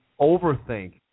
overthink